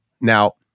Now